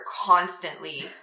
constantly